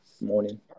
morning